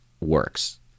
works